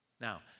Now